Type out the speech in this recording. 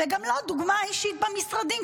וגם לא דוגמה אישית במשרדים,